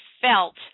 felt